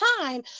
time